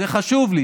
זה חשוב לי,